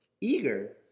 eager